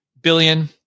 billion